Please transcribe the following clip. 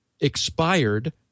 expired